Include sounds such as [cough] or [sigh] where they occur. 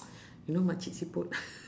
you know makcik siput [laughs]